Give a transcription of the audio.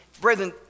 Brethren